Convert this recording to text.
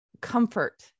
comfort